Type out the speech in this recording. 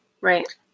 Right